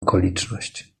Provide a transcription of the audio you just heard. okoliczność